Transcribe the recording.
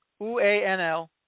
UANL